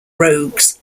rogues